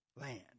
land